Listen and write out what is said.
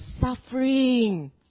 suffering